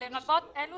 -- לרבות אלה